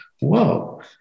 whoa